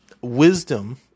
wisdom